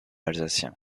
alsacien